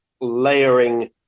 layering